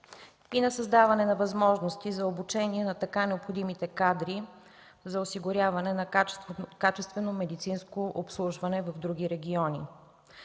и на създаване на възможности за обучение на така необходимите кадри за осигуряване на качествено медицинско обслужване в други региони.